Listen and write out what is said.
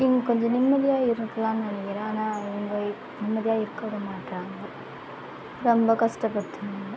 இங்கே கொஞ்சம் நிம்மதியாக இருக்கலாம் நிம்மதியாக இருக்கவிட மாட்டுறாங்க ரொம்ப கஷ்டப்படுத்துறாங்க